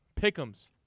Pick'ems